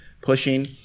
pushing